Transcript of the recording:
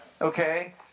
Okay